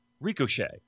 Ricochet